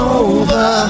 over